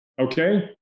Okay